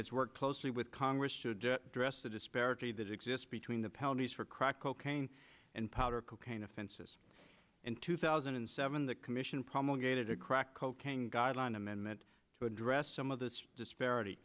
has worked closely with congress should address the disparity that exist between the pounds for crack cocaine and powder cocaine offenses in two thousand and seven the commission promulgated a crack cocaine guideline amendment to address some of this disparity